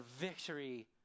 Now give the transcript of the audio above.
victory